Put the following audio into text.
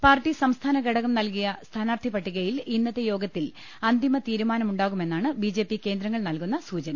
party സംസ്ഥാന ഘടകം നൽകിയ സ്ഥാനാർത്ഥി പട്ടികയിൽ ഇന്നത്തെ യോഗ ത്തിൽ അന്തിമ തീരുമാനമുണ്ടാകുമെന്നാണ് ബിജെപി കേന്ദ്രങ്ങൾ നൽകുന്ന സൂചന